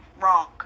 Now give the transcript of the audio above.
wrong